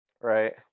Right